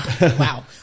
Wow